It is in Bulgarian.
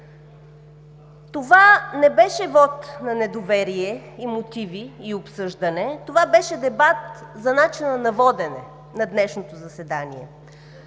Това не беше вот на недоверие и мотиви, и обсъждане, това беше дебат за начина на водене на днешното заседание,